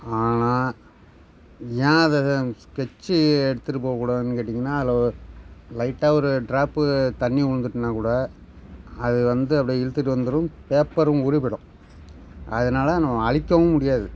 ஆனால் ஏன் அதை அதை ஸ்கெட்ச்சு எடுத்துட்டு போக்கூடாதுன்னு கேட்டிங்கின்னால் அதில் ஒ லைட்டாக ஒரு ட்ராப்பு தண்ணி விலுந்துட்டுன்னா கூட அது வந்து அப்படே இழுத்துட்டு வந்துடும் பேப்பரும் ஊறி போய்விடும் அதனால நம்ம அழிக்கவும் முடியாது